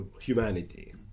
humanity